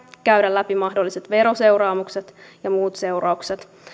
käydä läpi mahdolliset veroseuraamukset ja muut seuraukset